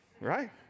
right